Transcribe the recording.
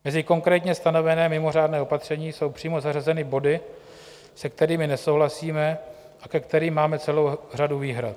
Mezi konkrétně stanovená mimořádná opatření jsou přímo zařazeny body, s kterými nesouhlasíme, ke kterým máme celou řadu výhrad.